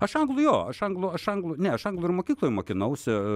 aš anglų jo anglų anglų ne ašanglų ir mokykloj mokinausi